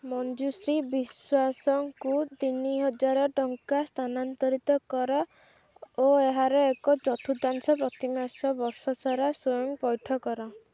ମଞ୍ଜୁଶ୍ରୀ ବିଶ୍ୱାସଙ୍କୁ ତିନିହଜାର ଟଙ୍କା ସ୍ଥାନାନ୍ତରିତ କର ଓ ଏହାର ଏକ ଚତୁର୍ଥାଂଶ ପ୍ରତିମାସ ବର୍ଷସାରା ସ୍ଵୟଂ ପଇଠ କର